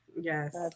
yes